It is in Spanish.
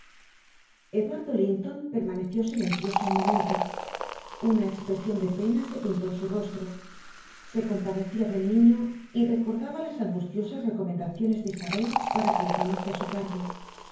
eduardo linton permaneció silencioso un momento una expresión de pena se pintó en su rostro se compadecía del niño y recordaba las angustiosas recomendaciones de isabel para que le tomase a su cargo